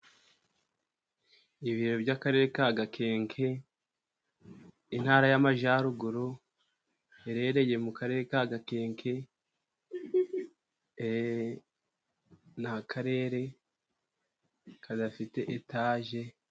Ibiro by'akarere ka Gakenke, lntara y'Amajyaruguru iherereye mu karere ka Gakenke, ni akarere kadafite etaje.